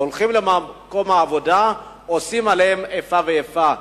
שהולכים למקום העבודה ומתייחסים אליהם באיפה ואיפה.